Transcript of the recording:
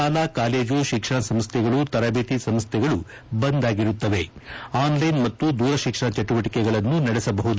ಶಾಲಾ ಕಾಲೇಜು ಶಿಕ್ಷಣ ಸಂಸ್ಥೆಗಳು ತರಬೇತಿ ಸಂಸ್ಥೆಗಳು ಬಂದ್ ಆಗಿರುತ್ತವೆ ಆನ್ಲೈನ್ ಮತ್ತು ದೂರ ಶಿಕ್ಷಣ ಚಟುವಟಿಕೆಗಳನ್ನು ನಡೆಸಬಹುದು